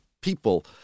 people